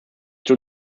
zur